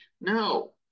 No